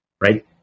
right